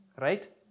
right